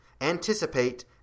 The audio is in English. anticipate